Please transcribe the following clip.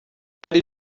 byari